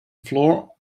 floor